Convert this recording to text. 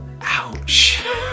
Ouch